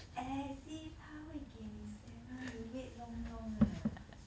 as if 他会给你 salmon you wait long long ah